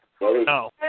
no